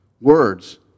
Words